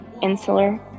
insular